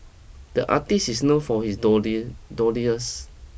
the artist is known for his doodle doodles